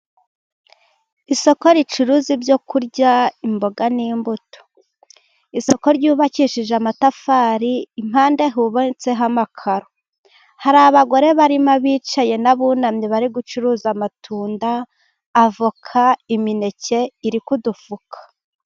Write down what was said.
Isoko ricuruza ibyo kurya imboga n'imbuto, isoko ryubakishije amatafari iruhande hubatseho amakaro, hari abagore barimo abicaye n'abunamye bari gucuruza amatunda, avoka, imineke iri ku dufuka.